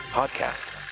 podcasts